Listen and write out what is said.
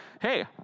hey